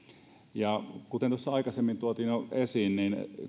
kuten aikaisemmin tuotiin jo esiin niin